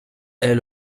est